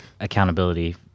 accountability